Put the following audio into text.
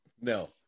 no